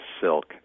silk